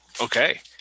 okay